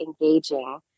engaging